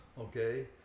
Okay